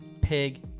Pig